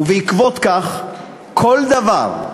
ובעקבות כך כל דבר,